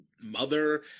mother